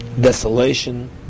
desolation